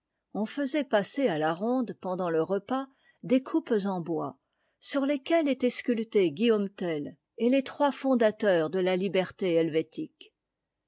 on faisait passer à la ronde pendant le repas des coupes en bois sur lesquelles étaient sculptés guillaume tell et les trois fondateurs de la liberté helvétique